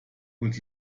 und